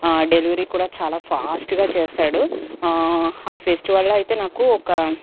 delivery కూడా చాలా ఫాస్ట్గా చేశాడు ఆ ఫెస్టివల్లో అయితే నాకు ఒక